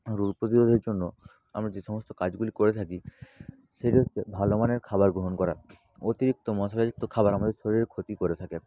রোগ প্রতিরোধের জন্য আমরা যে সমস্ত কাজগুলি করে থাকি সেটি হচ্ছে ভালো মানের খাবার গ্রহণ করা অতিরিক্ত মশলা যুক্ত খাবার আমাদের শরীরের ক্ষতি করে থাকে